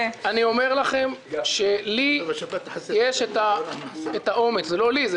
אני אומר לכם שלי יש את האומץ זה לא לי,